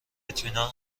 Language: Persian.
اطمینان